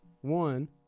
one